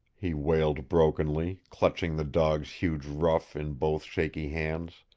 he wailed brokenly, clutching the dog's huge ruff in both shaky hands.